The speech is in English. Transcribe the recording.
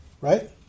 right